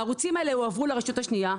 הערוצים האלה הועברו לרשות השנייה,